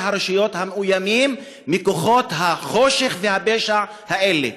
הרשויות המאוימים מכוחות החושך והפשע האלה.